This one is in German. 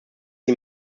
sie